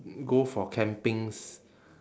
go for campings